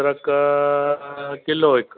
अदरक किलो हिकु